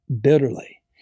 bitterly